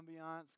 ambiance